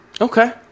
Okay